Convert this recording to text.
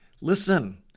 Listen